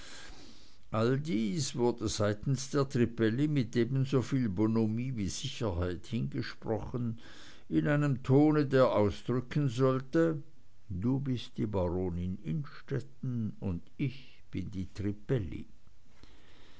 all dies wurde seitens der trippelli mit ebensoviel bonhomie wie sicherheit hingesprochen in einem ton der ausdrücken sollte du bist die baronin innstetten ich bin die trippelli